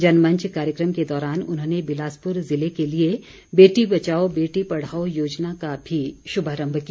जनमंच कार्यक्रम के दौरान उन्होंने बिलासपुर जिले के लिए बेटी बचाओ बेटी पढ़ाओ योजना का भी शुभारम्भ किया